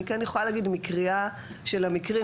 אני כן יכולה להגיד מקריאה של המקרים,